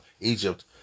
Egypt